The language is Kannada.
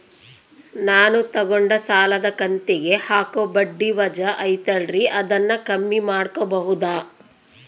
ನಾನು ತಗೊಂಡ ಸಾಲದ ಕಂತಿಗೆ ಹಾಕೋ ಬಡ್ಡಿ ವಜಾ ಐತಲ್ರಿ ಅದನ್ನ ಕಮ್ಮಿ ಮಾಡಕೋಬಹುದಾ?